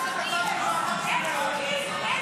יש החלטה של ועדת הכנסת --- חבר הכנסת יוראי להב הרצנו,